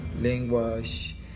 language